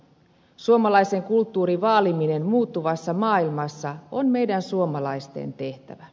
suomalaisen kulttuurin vaaliminen muuttuvassa maailmassa on meidän suomalaisten tehtävä